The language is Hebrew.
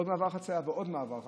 עוד מעבר חציה ועוד מעבר חציה,